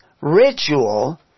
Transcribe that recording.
ritual